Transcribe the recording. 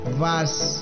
verse